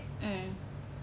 mm